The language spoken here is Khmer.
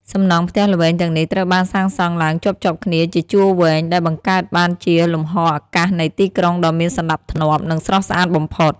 សំណង់ផ្ទះល្វែងទាំងនេះត្រូវបានសាងសង់ឡើងជាប់ៗគ្នាជាជួរវែង ដែលបង្កើតបានជាលំហអាកាសនៃទីក្រុងដ៏មានសណ្តាប់ធ្នាប់ និងស្រស់ស្អាតបំផុត។